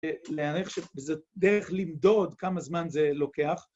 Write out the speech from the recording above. ‫להניח שזו דרך למדוד ‫כמה זמן זה לוקח.